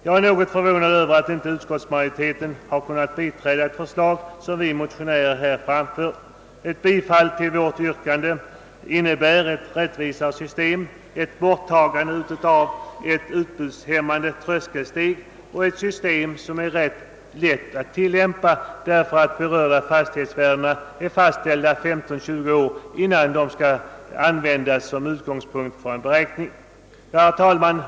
Jag är något förvånad över att utskottsmajoriteten inte kunnat biträda det förslag vi motionärer framfört. Ett bifall till vårt yrkande innebär genomförandet av en rättvisare ordning, ett borttagande av ett utbudshämmande tröskelsteg och införandet av ett system som är lätt att tillämpa. De berörda fastighetsvärdena fastställs nämligen 15— 20 år innan de skall användas som utgångspunkt för en beräkning. Herr talman!